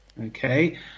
Okay